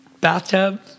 bathtub